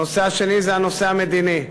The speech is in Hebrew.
הנושא השני זה הנושא המדיני.